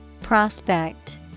Prospect